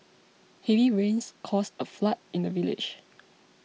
heavy rains caused a flood in the village